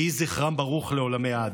יהי זכרם ברוך לעולמי עד.